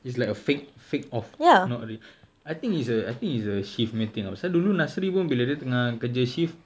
it's like a fake fake off not rea~ I think it's a I think it's a shift punya thing uh pasal dulu nasri pun bila dia tengah kerja shift